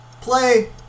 play